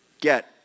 get